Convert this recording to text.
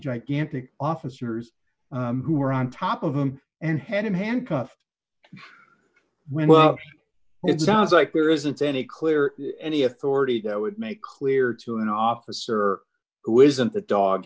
gigantic officers who were on top of him and had him handcuffed when well it sounds like there isn't any clear any authority that would make clear to an officer who isn't the dog